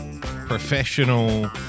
professional